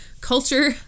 culture